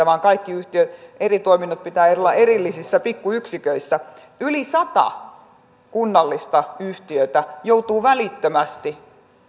vaan kaikkien yhtiön eri toimintojen pitää olla erillisissä pikkuyksiköissä yli sata kunnallista yhtiötä joutuu välittömästi